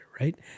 right